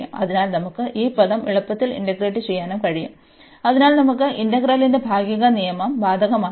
അതിനാൽ നമുക്ക് ഈ പദം എളുപ്പത്തിൽ ഇന്റഗ്രേറ്റ് ചെയ്യാനും കഴിയും അതിനാൽ നമുക്ക് ഇന്റഗ്രലിന്റെ ഭാഗിക നിയമം ബാധകമാക്കാം